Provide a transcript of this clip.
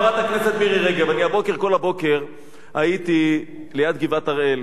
חברת הכנסת מירי רגב: כל הבוקר הייתי ליד גבעת-הראל,